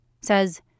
says